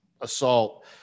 assault